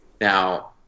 Now